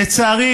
לצערי,